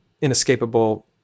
inescapable